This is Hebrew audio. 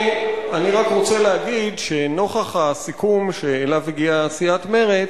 אני רק רוצה להגיד שנוכח הסיכום שאליו הגיעה סיעת מרצ,